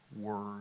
word